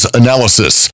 analysis